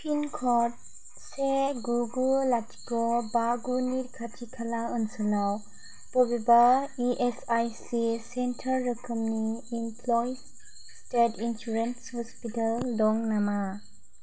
पिनक'ड से गु गु लाथिख' बा गु नि खाथि खाला ओनसोलाव बबेबा E S I C centre रोखोमनि इमप्ल'यिज स्टेट इन्सुरेन्स ह'स्पिटेल दं नामा